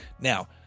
now